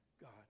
God